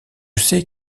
sais